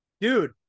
dude